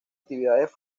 actividades